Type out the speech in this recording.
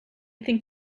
think